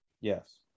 Yes